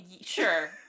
Sure